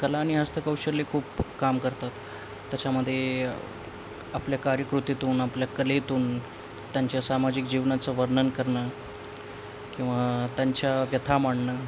कला आणि हस्तकौशल्य खूप काम करतात त्याच्यामध्ये आपल्या कार्यकृतीतून आपल्या कलेतून त्यांच्या सामाजिक जीवनाचं वर्णन करणं किंवा त्यांच्या व्यथा मांडणं